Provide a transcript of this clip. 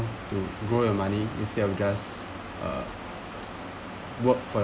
to grow your money instead of just uh work for